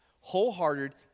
Wholehearted